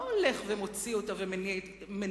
לא ישתמש בכסף לקניות.